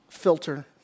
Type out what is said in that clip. Filter